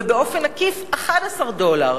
ובאופן עקיף 11 דולר,